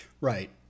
Right